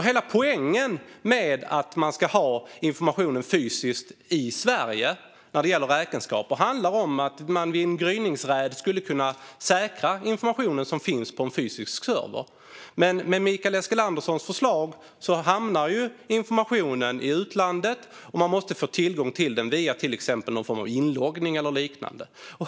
Hela poängen med att ha informationen när det gäller räkenskaper fysiskt i Sverige handlar om att i en gryningsräd kunna säkra informationen som finns på en fysisk server. Med Mikael Eskilanderssons förslag hamnar informationen i utlandet och man måste få tillgång till den via till exempel någon form av inloggning eller liknande.